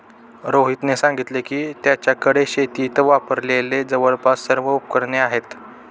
रोहितने सांगितले की, त्याच्याकडे शेतीत वापरलेली जवळपास सर्व उपकरणे आहेत